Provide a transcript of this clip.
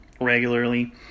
regularly